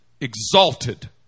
exalted